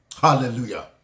Hallelujah